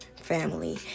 family